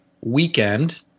weekend